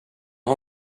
har